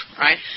right